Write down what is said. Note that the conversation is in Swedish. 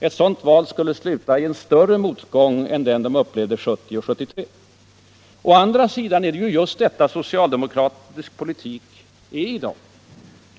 Ett sådant val skulle sluta med en än större motgång än den de upplevde 1970 och 1973. Å andra sidan är det ju just detta som är socialdemokraternas politik av i dag.